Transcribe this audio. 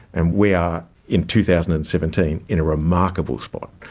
and we are in two thousand and seventeen in a remarkable spot,